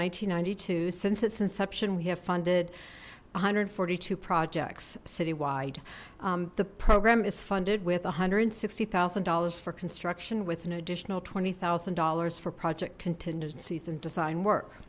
and ninety two since its inception we have funded one hundred and forty two projects citywide the program is funded with one hundred and sixty thousand dollars for construction with an additional twenty thousand dollars for project contingencies and design work